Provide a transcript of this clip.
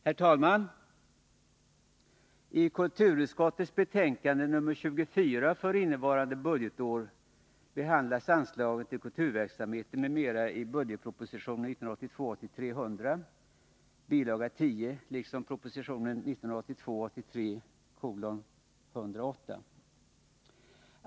Herr talman! I kulturutskottets betänkande 24 för innevarande budgetår behandlas anslaget till kulturverksamhet m.m. i budgetpropositionen 1982 83:108.